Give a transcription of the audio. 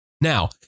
Now